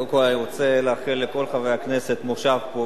אני רוצה לאחל לכל חברי הכנסת מושב פורה.